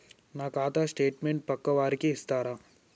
నా ఖాతా స్టేట్మెంట్ పక్కా వారికి ఇస్తరా?